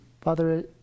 Father